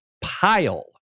pile